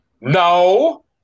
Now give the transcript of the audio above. No